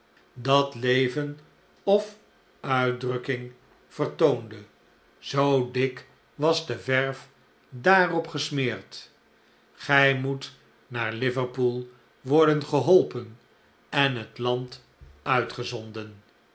dat leven of uitdrukking vertoonde zoo dik was de verf daarop gesmeerd gij moet naar liverpool worden geholpen en het land uitgezonden